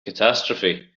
catastrophe